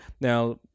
Now